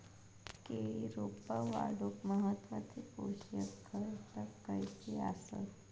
केळी रोपा वाढूक महत्वाचे पोषक घटक खयचे आसत?